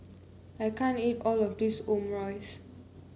I can't eat all of this Omurice